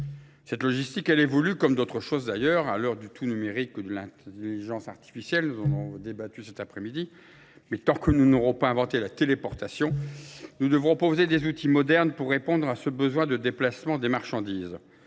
Cette logistique évolue comme d'autres choses, d'ailleurs, à l'heure du tout numérique et de l'intelligence artificielle. Nous en avons débattu cet après-midi. Mais tant que nous n'aurons pas inventé la téléportation, nous devrons poser des outils modernes pour répondre à ce besoin de déplacement des marchandises.